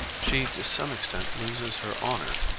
she to some extent loses her honor,